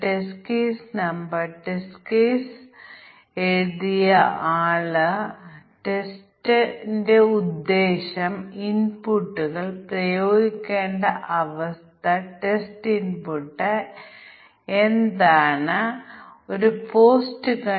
അപേക്ഷകന് 12 നും 18 നും ഇടയിൽ പ്രായമുണ്ടെങ്കിൽ ഞങ്ങൾക്ക് ഒരു ഇന്റേണായി മാത്രമേ നിയമിക്കാനാകൂ 18 നും 65 നും ഇടയിലാണെങ്കിൽ നമുക്ക് മുഴുവൻ സമയവും നിയമിക്കാം